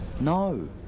No